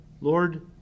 Lord